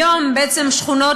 היום בשכונות,